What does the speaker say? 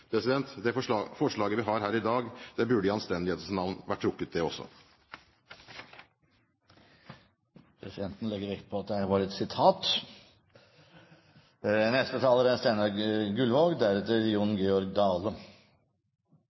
av et forslag i samme gate som ble trukket. Det forslaget vi har her i dag, burde i anstendighetens navn vært trukket, det også. Presidenten legger vekt på at det var et sitat. Jeg la merke til representanten Jon